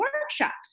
workshops